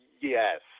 yes